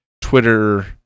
twitter